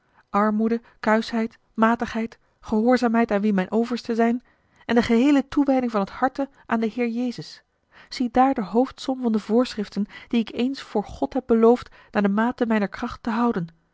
armoede kuischheid matigheid gehoorzaamheid aan wie mijne oversten zijn en de geheele toewijding van t harte aan den heer jezus ziedaar de hoofdsom van de voorschriften die ik eens voor od heb beloofd naar de mate mijner kracht te houden